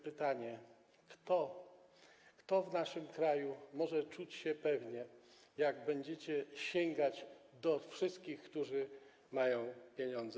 Pytanie, kto w naszym kraju może czuć się pewnie, jak będziecie sięgać do wszystkich, którzy mają pieniądze.